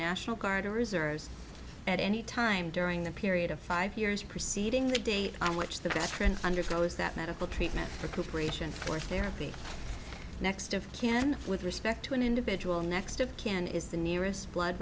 national guard or reserves at any time during the period of five years preceding the date on which the veteran undergoes that medical treatment for corporations or therapy next of kin with respect to an individual next of kin is the nearest blood